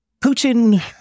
Putin